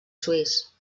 suís